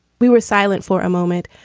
we were silent for a moment.